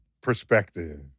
perspective